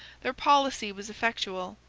their policy was effectual,